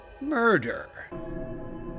murder